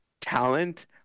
talent